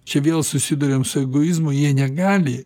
čia vėl susiduriam su egoizmu jie negali